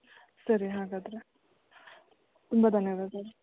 ಸರಿ ಹಾಗಾದರೆ ತುಂಬ ಧನ್ಯವಾದ